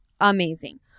Amazing